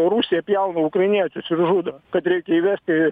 rusija pjauna ukrainiečius ir žudo kad reikia įvesti